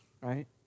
Right